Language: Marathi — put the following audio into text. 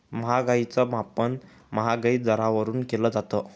महागाईच मापन महागाई दरावरून केलं जातं